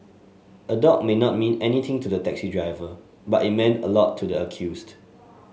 a dog may not mean anything to the taxi driver but it meant a lot to the accused